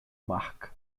marca